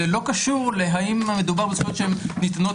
זה לא קשור להאם מדובר בזכויות שהם ניתנות